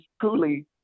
truly